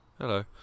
Hello